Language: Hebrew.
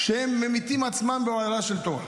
שהם ממיתים עצמם באוהלה של תורה.